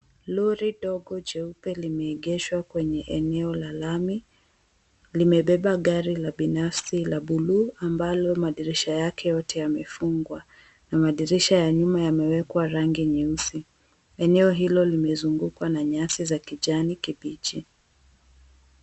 Lori dogo jeupe limeegeshwa kwenye eneo la lami, limebeba gari la binafsi la bluu ambalo madirisha yake yote yamefungwa madirisha na ya nyuma yameekwa rangi nyeusi. Eneo hilo limezunguwa na nyasi za kijani kibichi.